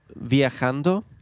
viajando